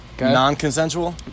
Non-consensual